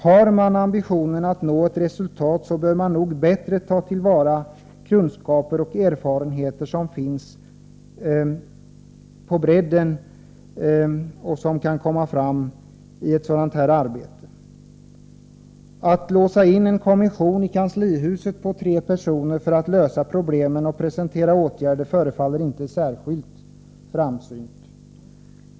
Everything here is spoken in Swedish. Har man ambitionen att nå ett resultat bör man nog bättre ta till vara kunskaper och erfarenheter som finns på bredden och som kan komma fram i ett arbete av den här typen. Att låsa in en kommission på tre personer i kanslihuset för att de skall lösa problemen och presentera åtgärder förefaller inte särskilt framsynt.